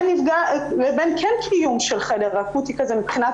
לבין כן קיום של חדר אקוטי כזה מבחינת